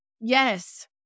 Yes